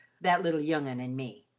that little young un an' me.